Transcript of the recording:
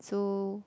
so